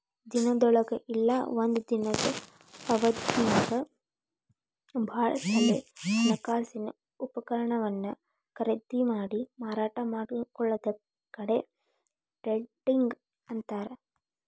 ದಿನದೊಳಗ ಇಲ್ಲಾ ಒಂದ ದಿನದ್ ಅವಧ್ಯಾಗ್ ಭಾಳ ಸಲೆ ಹಣಕಾಸಿನ ಉಪಕರಣವನ್ನ ಖರೇದಿಮಾಡಿ ಮಾರಾಟ ಮಾಡೊದಕ್ಕ ಡೆ ಟ್ರೇಡಿಂಗ್ ಅಂತಾರ್